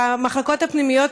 והמחלקות הפנימיות,